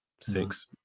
six